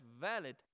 valid